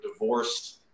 divorced